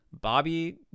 Bobby